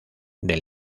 del